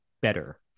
better